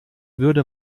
würde